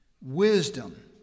Wisdom